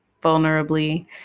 vulnerably